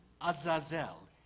Azazel